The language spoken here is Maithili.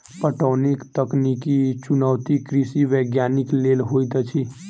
पटौनीक तकनीकी चुनौती कृषि वैज्ञानिक लेल होइत अछि